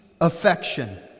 affection